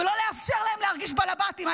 ולא לאפשר להם להרגיש בעלבתים.